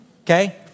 okay